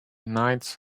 knights